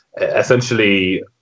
essentially